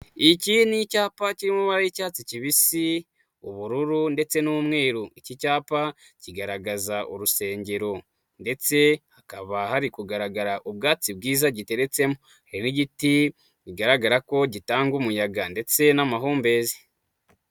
Iki ni icyapa kirimo amabara y'icyatsi kibisi, ubururu ndetse n'umweru. iki cyapa kigaragaza urusengero ndetse hakaba hari kugaragara ubwatsi bwiza giteretsemo, hari n'giti bigaragara ko gitanga umuyaga ndetse n'amahumbezi.